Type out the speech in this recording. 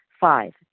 Five